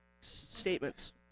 statements